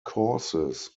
courses